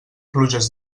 pluges